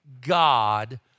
God